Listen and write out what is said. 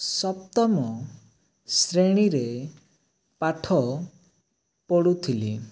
ସପ୍ତମ ଶ୍ରେଣୀରେ ପାଠ ପଢ଼ୁଥିଲି